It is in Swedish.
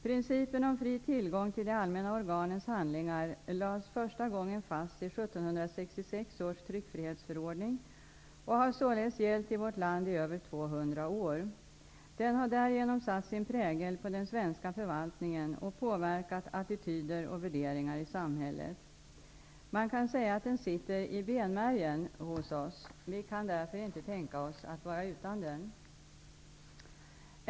Principen om fri tillgång till de allmänna organens handlingar lades första gången fast i 1766 års tryckfrihetsförordning och har således gällt i vårt land i över 200 år. Den har därigenom satt sin prägel på den svenska förvaltningen och påverkat attityder och värderingar i samhället. Man kan säga att den sitter i benmärgen hos oss. Vi kan därför inte tänka oss att vara utan den.